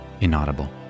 inaudible